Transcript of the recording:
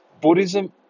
Buddhism